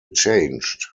changed